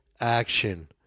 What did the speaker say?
action